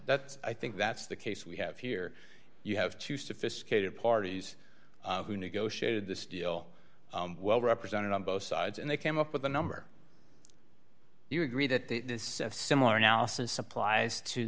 that's i think that's the case we have here you have two sophisticated parties who negotiated this deal well represented on both sides and they came up with a number do you agree that the similar analysis applies to